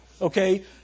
okay